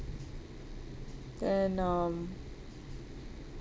then um